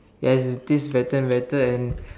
ya it tastes better and better and